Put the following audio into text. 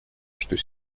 что